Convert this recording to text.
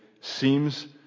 seems